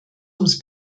ums